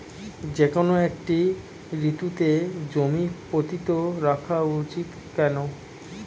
যেকোনো একটি ঋতুতে জমি পতিত রাখা উচিৎ কেন?